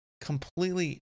completely